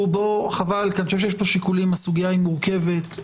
חבל כי הסוגיה היא מורכבת.